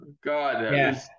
god